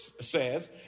says